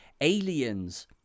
Aliens